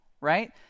right